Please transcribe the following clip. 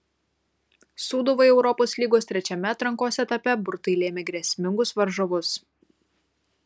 sūduvai europos lygos trečiame atrankos etape burtai lėmė grėsmingus varžovus